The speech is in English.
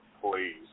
please